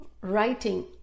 writing